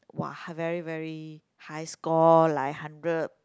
[wah] very very high score like hundred